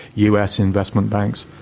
us investment banks,